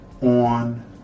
on